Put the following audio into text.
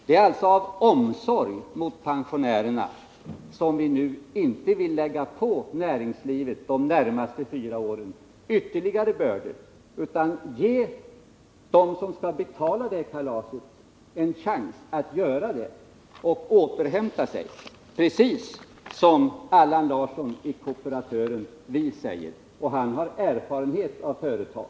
Det är alltså av omsorg om pensionärerna som vi nu inte vill lägga på näringslivet ytterligare bördor de närmaste fyra åren utan ge dem som skall betala det kalaset en chans att återhämta sig, precis som Allan Larsson i Vi säger. Och han har erfarenhet av företag.